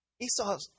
Esau